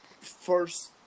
first